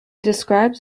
describes